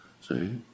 See